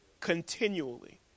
continually